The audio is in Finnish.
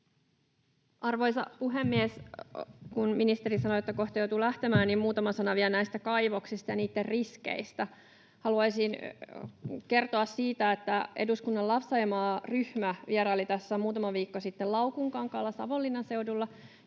Arvoisa puhemies! Kun ministeri sanoi, että kohta joutuu lähtemään, niin muutama sana vielä näistä kaivoksista ja niitten riskeistä. Haluaisin kertoa siitä, että eduskunnan Love Saimaa ‑ryhmä vieraili tässä muutama viikko sitten Laukunkankaalla Savonlinnan seudulla,